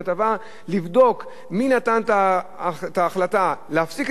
לבדוק מי נתן את ההחלטה להפסיק לרשום את המידע הזה,